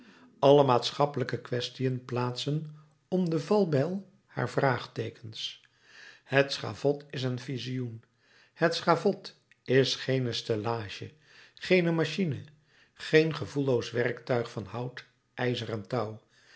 alle maatschappelijke kwestiën plaatsen om de valbijl haar vraagteekens het schavot is een visioen het schavot is geen stellage geen machine geen gevoelloos werktuig van hout ijzer en touw